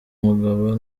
mugabo